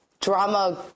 drama